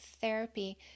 therapy